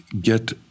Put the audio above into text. get